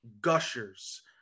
Gushers